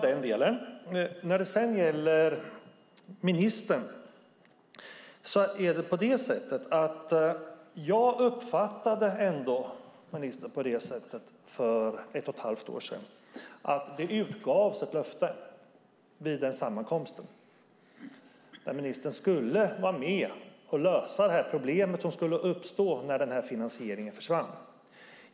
Vid en sammankomst för ett och ett halvt år sedan uppfattade jag ministern som att det utgavs ett löfte att ministern skulle vara med och lösa det problem som skulle uppstå när finansieringen försvann.